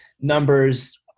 numbers